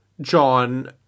John